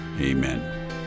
Amen